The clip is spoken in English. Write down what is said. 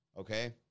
okay